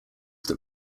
that